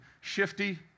shifty